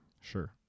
Sure